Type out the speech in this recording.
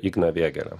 igną vėgėlę